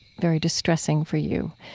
very distressing for you,